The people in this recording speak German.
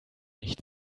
nicht